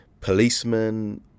policemen